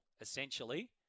essentially